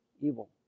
evil